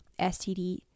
STD